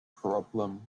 problem